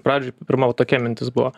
pradžioj pirma tokia mintis buvo